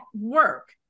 work